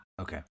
okay